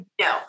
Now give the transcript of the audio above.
No